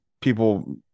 people